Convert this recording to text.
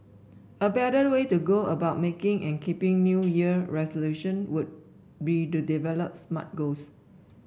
a better way to go about making and keeping New Year resolution would be to develop Smart goals